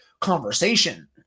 conversation